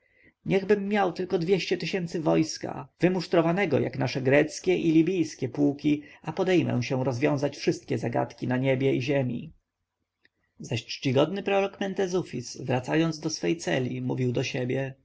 niechbym miał tylko dwieście tysięcy wojska wymusztrowanego jak nasze greckie i libijskie pułki a podejmę się rozwiązać wszystkie zagadki na ziemi i niebie zaś czcigodny prorok mentezufis wracając do swej celi mówił do siebie